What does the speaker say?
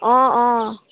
অঁ অঁ